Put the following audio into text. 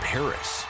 Paris